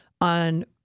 on